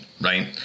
right